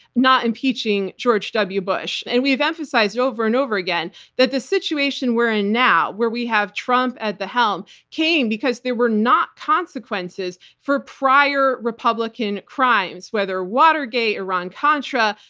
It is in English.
not impeaching george w. bush. and we've emphasized over and over again that the situation we're in now, where we have trump at the helm, came because there were not consequences for prior republican crimes. whether watergate, iran-contra,